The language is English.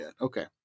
Okay